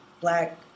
black